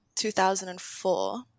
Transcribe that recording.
2004